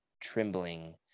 trembling